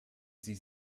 sie